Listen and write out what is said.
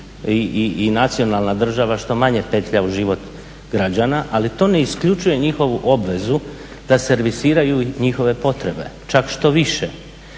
i nacionalna država što manje petlja u život građana, ali to ne isključuje njihovu obvezu da servisiraju njihove potrebe. Čak štoviše,